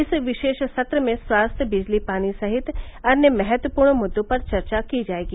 इस विशेष सत्र में स्वास्थ्य बिजली पानी सहित अन्य महत्वपूर्ण मुद्दों पर चर्चा की जायेगी